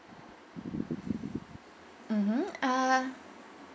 mmhmm uh